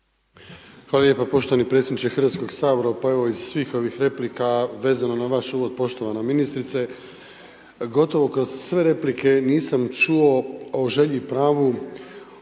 Hvala lijepa poštovani predsjedniče Hrvatskog sabora. Pa evo iz svih ovih replika, vezano na vaš uvod poštovana ministrice, gotovo kroz sve replike nisam čuo o želji, pravu,